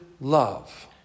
love